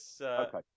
Okay